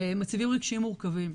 ומצבים רגשיים מורכבים.